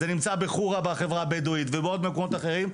זה נמצא בחורה בחברה הבדואית ובעוד מקומות אחרים,